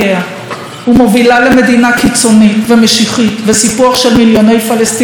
ומובילה למדינה קיצונית ומשיחית ולסיפוח של מיליוני פלסטינים לתוכנו,